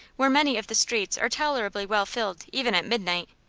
where many of the streets are tolerably well filled even at midnight,